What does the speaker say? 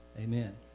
Amen